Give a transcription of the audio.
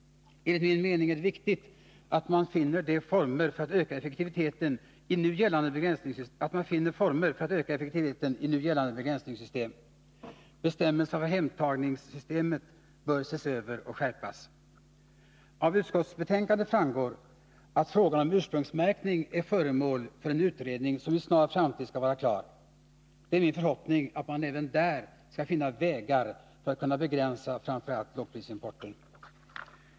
Enligt min mening är det viktigt att man finner former för att öka effektiviteten i nu gällande begränsningssystem. Bestämmelserna för hemtagningssystemet bör ses över och skärpas. Av utskottets betänkande framgår att frågan om ursprungsmärkning är föremål för en utredning som inom en snar framtid skall vara klar. Det är min förhoppning att man även där skall finna vägar för att kunna begränsa framför allt lågprisimporten.